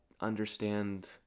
understand